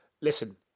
listen